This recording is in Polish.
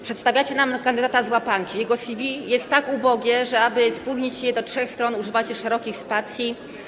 Przedstawiacie nam kandydata z łapanki, jego CV jest tak ubogie, że aby spulchnić je do trzech stron, używacie szerokich spacji.